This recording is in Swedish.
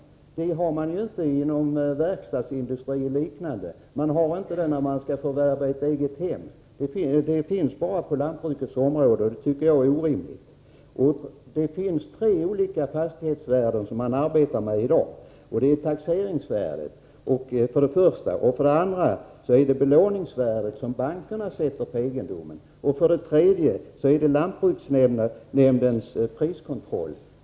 Någon sådan finns inte inom verkstadsindustrin eller då man skall förvärva ett eget hem. Den finns bara på lantbrukets område, och jag tycker att det är orimligt. Det finns tre olika fastighetsvärden, som man arbetar med i dag: För det första är det taxeringsvärdet, för det andra belåningsvärdet — som bankerna sätter på en egendom — och för det tredje lantbruksnämndens stoppris.